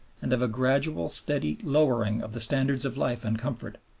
and of a gradual, steady lowering of the standards of life and comfort.